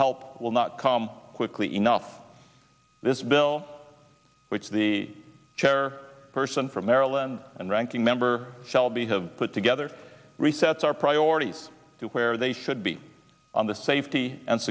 help will not come quickly enough this bill which the chair person from maryland and ranking member shelby have put together resets our priorities to where they should be on the safety and